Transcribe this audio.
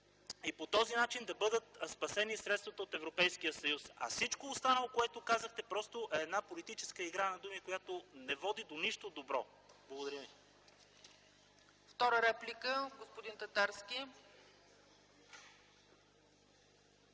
и по този начин да бъдат спасени средствата от Европейския съюз. А всичко останало, което казахте, е една политическа игра на думи, която не води до нищо добро. Благодаря ви.